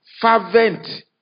Fervent